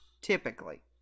typically